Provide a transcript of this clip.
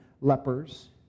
lepers